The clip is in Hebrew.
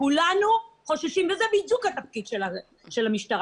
כולנו חוששים וזה בדיוק התפקיד של המשטרה.